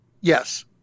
Yes